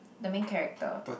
the main character